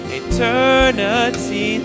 eternity